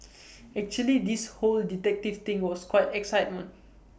actually this whole detective thing was quite excitement